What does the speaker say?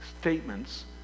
statements